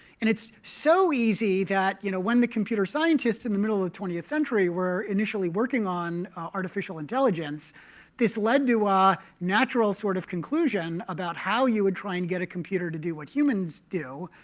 and it's so easy that you know when the computer scientists in the middle of twentieth century were initially working on artificial intelligence this led to ah a natural sort of conclusion about how you would try and get a computer to do what humans do,